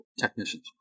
technicians